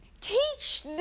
Teach